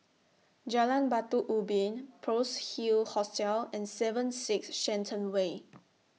Jalan Batu Ubin Pearl's Hill Hostel and seven six Shenton Way